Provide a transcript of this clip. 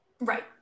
right